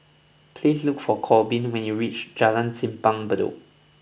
please look for Korbin when you reach Jalan Simpang Bedok